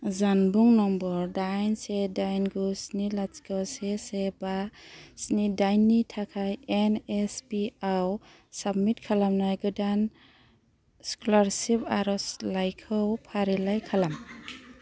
जानबुं नम्बर दाइन से दाइन गु स्नि लाथिख' से से बा स्नि दाइननि थाखाय एन एस पि आव साबमिट खालामनाय गोदान स्कलारसिप आरज'लाइखौ फारिलाइ खालाम